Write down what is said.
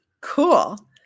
Cool